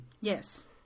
Yes